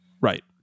Right